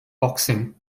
boxing